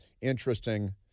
interesting